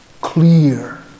clear